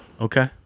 Okay